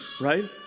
right